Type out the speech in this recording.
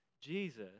Jesus